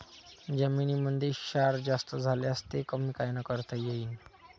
जमीनीमंदी क्षार जास्त झाल्यास ते कमी कायनं करता येईन?